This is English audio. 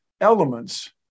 elements